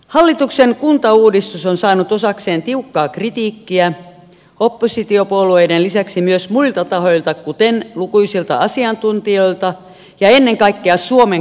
hallituksen kuntauudistus on saanut osakseen tiukkaa kritiikkiä oppositiopuolueiden lisäksi myös muilta tahoilta kuten lukuisilta asiantuntijoilta ja ennen kaikkea suomen kansalta